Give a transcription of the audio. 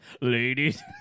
Ladies